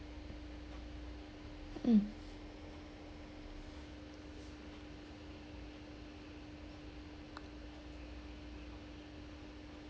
mm